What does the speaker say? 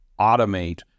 automate